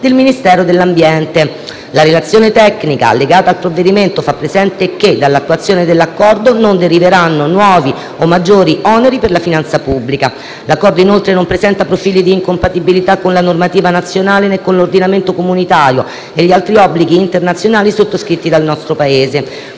del Ministero dell'ambiente. La relazione tecnica, allegata al provvedimento, fa presente che dall'attuazione dell'Accordo non deriveranno nuovi o maggiori oneri per la finanza pubblica. L'Accordo, inoltre, non presenta profili di incompatibilità con la normativa nazionale, né con l'ordinamento comunitario e gli altri obblighi internazionali sottoscritti dal nostro Paese.